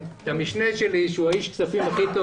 המשנה שלי שהוא איש הכספים הכי טוב